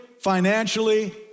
financially